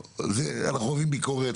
נכון,